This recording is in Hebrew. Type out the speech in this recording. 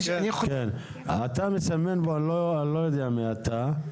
אתה מסמן, אני לא יודע מי אתה.